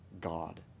God